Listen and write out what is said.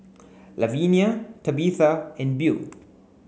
Lavenia Tabitha and Beau